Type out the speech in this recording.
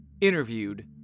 Interviewed